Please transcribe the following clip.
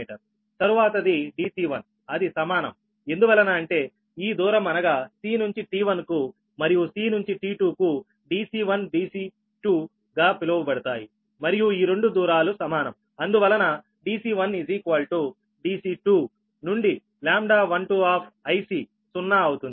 తరువాతది Dc1 అది సమానం ఎందువలన అంటే ఈ దూరం అనగా c నుంచి T1 కు మరియు c నుంచి T2 కు Dc1Dc2 గా పిలవబడతాయి మరియు ఈ రెండు దూరాలు సమానం అందువలన Dc1 Dc2 నుండి λ12 సున్నా అవుతుంది